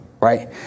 right